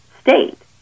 state